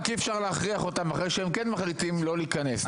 רק אי אפשר להכריח אותם אחרי שהם כן מחליטים לא להיכנס,